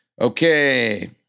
Okay